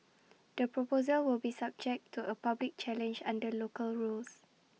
the proposal will be subject to A public challenge under local rules